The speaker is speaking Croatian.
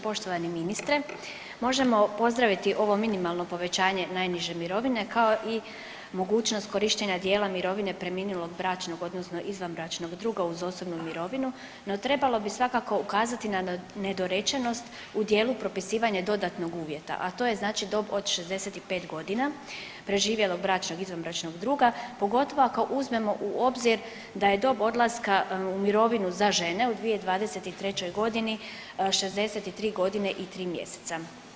Poštovani ministre, možemo pozdraviti ovo minimalno povećanje najniže mirovine, kao i mogućnost korištenja dijela mirovine preminulog bračnog odnosno izvanbračnog druga uz osobnu mirovinu, no trebalo bi svakako ukazati na nedorečenost u dijelu propisivanja dodatnog uvjeta, a to je znači dob od 65.g. preživjelog bračnog/izvanbračnog druga, pogotovo ako uzmemo u obzir da je dob odlaska u mirovinu za žene u 2023.g. 63.g. i 3 mjeseca.